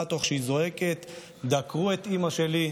תוך שהיא זועקת: דקרו את אימא שלי,